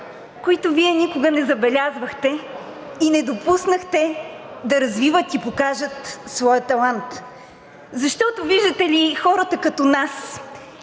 които Вие никога не забелязвахте и не допуснахте да развиват и покажат своя талант, защото, виждате ли, хората като нас